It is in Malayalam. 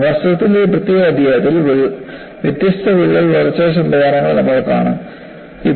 വാസ്തവത്തിൽ ഒരു പ്രത്യേക അധ്യായത്തിൽ വ്യത്യസ്ത വിള്ളൽ വളർച്ചാ സംവിധാനങ്ങൾ നമ്മൾ കാണും